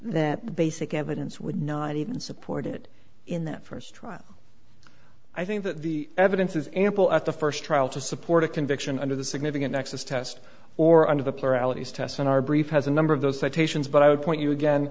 the basic evidence would not even supported in that first trial i think that the evidence is ample at the first trial to support a conviction under the significant access test or under the pluralities tests in our brief has a number of those citations but i would point you again